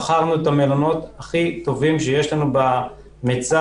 בחרנו את המלונות הכי טובים שיש לנו במצאי,